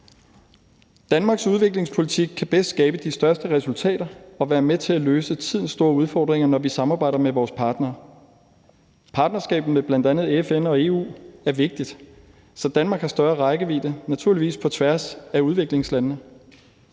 Danmarks udviklingspolitik kan bedst skabe de største resultater og være med til at løse tidens store udfordringer, når vi samarbejder med vores partnere. Partnerskaberne med bl.a. FN og EU er vigtige, så Danmark har større rækkevidde, naturligvis på tværs af udviklingslandene.